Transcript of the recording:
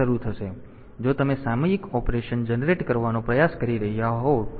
તેથી જો તમે સામયિક ઓપરેશન જનરેટ કરવાનો પ્રયાસ કરી રહ્યાં છો